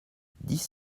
dix